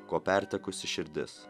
ko pertekusi širdis